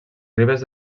ribes